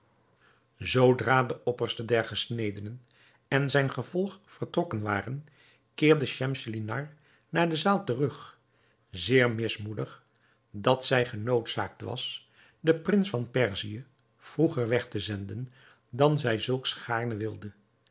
zoodra de opperste der gesnedenen en zijn gevolg vertrokken waren keerde schemselnihar naar de zaal terug zeer mismoedig dat zij genoodzaakt was den prins van perzië vroeger weg te zenden dan zij zulks gaarne wilde